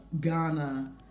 Ghana